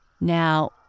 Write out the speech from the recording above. Now